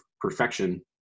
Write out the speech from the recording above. perfection